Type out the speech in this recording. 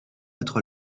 être